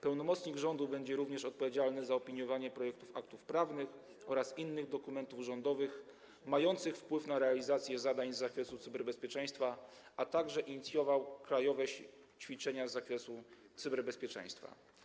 Pełnomocnik rządu będzie również odpowiedzialny za opiniowanie projektów aktów prawnych oraz innych dokumentów rządowych mających wpływ na realizację zadań z zakresu cyberbezpieczeństwa, a także inicjowanie krajowych ćwiczeń z zakresu cyberbezpieczeństwa.